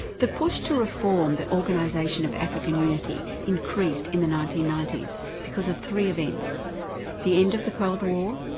the push to reform the organisation of african unity increased in the nineteen ninety s because of three events the end of the cold war,